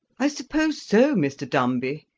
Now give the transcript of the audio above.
i suppose so, mr. dumby.